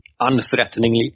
unthreateningly